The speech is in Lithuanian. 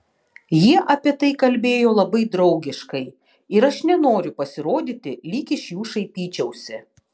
jie apie tai kalbėjo labai draugiškai ir aš nenoriu pasirodyti lyg iš jų šaipyčiausi